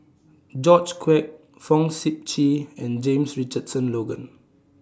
George Quek Fong Sip Chee and James Richardson Logan